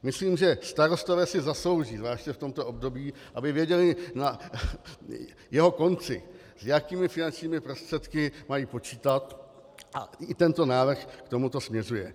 Myslím, že starostové si zaslouží zvláště v tomto období, aby věděli na jeho konci, s jakými finančními prostředky mají počítat, a i tento návrh k tomuto směřuje.